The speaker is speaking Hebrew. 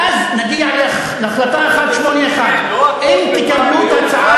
ואז נגיע להחלטה 181. אם תקבלו את הצעה